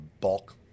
bulk